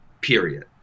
period